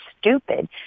stupid